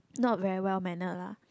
not very well mannered lah